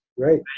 Right